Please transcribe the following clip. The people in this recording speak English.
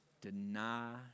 Deny